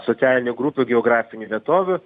socialinių grupių geografinių vietovių